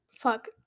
fuck